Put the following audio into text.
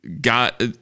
got